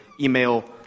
email